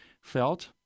felt